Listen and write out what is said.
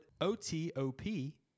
O-T-O-P